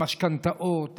המשכנתאות,